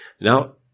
Now